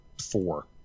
four